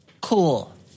Cool